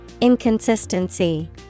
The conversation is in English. Inconsistency